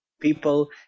people